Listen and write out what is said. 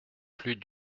plus